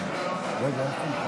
חברי הכנסת,